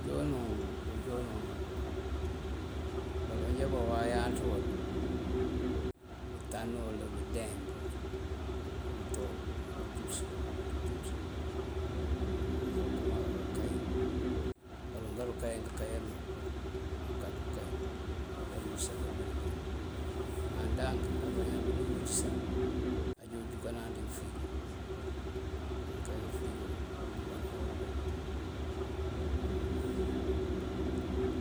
Ujoonu ujoonu baloŋ já báawáyanţ uwël, bútan uwël búndeng udu tol udu júţ, udu júţ máa okëëmaa ukáy; baloŋ kookáyan këëkáyan uwul ukak ukáy, bëdurúu wiţësa káanbidu juŋ. Máa ndank baloŋ jábúnu witësa, ajo júukanan dí ufëërigo. Náankayi ufëërigo, nëënjúukëënan dël.